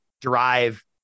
drive